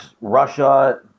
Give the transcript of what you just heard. Russia